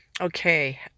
Okay